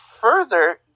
further